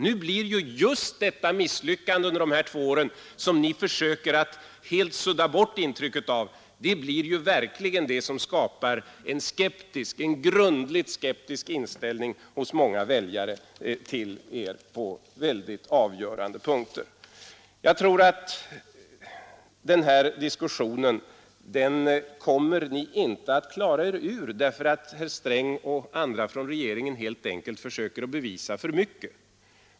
Nu blir just det misslyckande under dessa två år som ni försöker att helt sudda bort intrycket av verkligen det som skapar en grundligt skeptisk inställning hos många väljare till er på många avgörande punkter. Jag tror att ni inte kommer att klara er ur den diskussionen, eftersom herr Sträng och andra från regeringen helt enkelt försöker att bevisa för mycket.